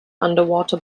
underwater